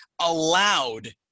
allowed